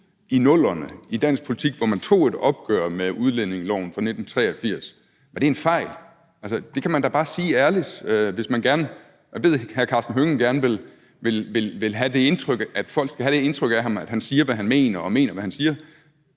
i 00'erne i dansk politik, hvor man tog et opgør med udlændingeloven fra 1983, var en fejl. Det kan man da bare sige ærligt. Jeg ved, hr. Karsten Hønge gerne vil give det indtryk, at folk skal have det indtryk af ham, at han siger, hvad han mener, og mener, hvad han siger.